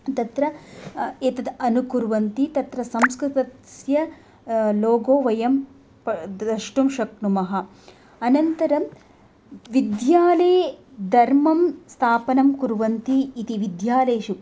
तत्र एतद् अनुकुर्वन्ति तत्र संस्कृतस्य लोगो वयं प द्रष्टुं शक्नुमः अनन्तरं विद्यालये धर्मस्थापनां कुर्वन्ति इति विद्यालयेषु